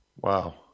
Wow